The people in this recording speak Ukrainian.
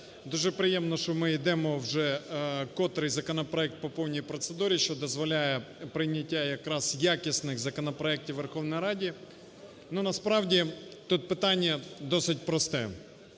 Дуже приємно, що ми йдемо вже котрий законопроект по повній процедурі, що дозволяє прийняття якраз якісних законопроектів у Верховній Раді. Ну, насправді тут питання досить просте.